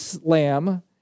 lamb